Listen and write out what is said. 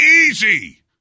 Easy